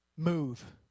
move